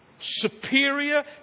superior